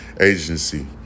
agency